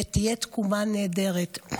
ותהיה תקומה נהדרת.